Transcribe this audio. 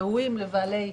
ראויים לבעלי החיים.